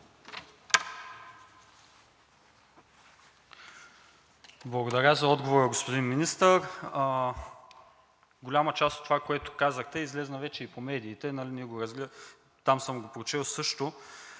Благодаря за отговора, господин Министър. Голяма част от това, което казахте, излезе вече и по медиите. Там съм го прочел също.